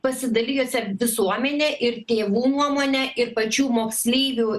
pasidalijusią ir visuomenę ir tėvų nuomonę ir pačių moksleivių